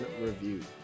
Review